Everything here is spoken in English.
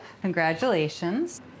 congratulations